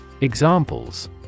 Examples